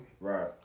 Right